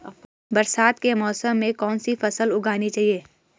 बरसात के मौसम में कौन सी फसल उगानी चाहिए?